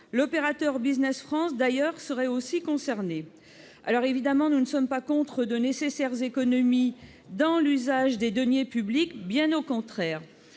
L'opérateur Business France serait aussi concerné. Évidemment, nous ne sommes pas contre de nécessaires économies dans l'usage des deniers publics, bien au contraire.